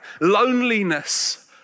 Loneliness